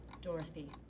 Dorothy